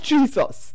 Jesus